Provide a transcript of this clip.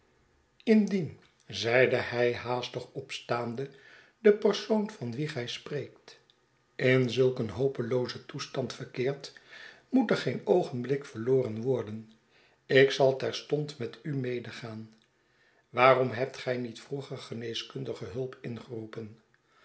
indien zeide hij haastig opstaande de persoon van wien gij spreekt in zulk een hopeloozen toestand verkeert moet er geen oogenblik verloren worden ik zal terstond met u medegaan waarom hebt gij niet vroeger geneeskundige hulp ingeroepen